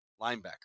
linebacker